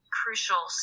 crucial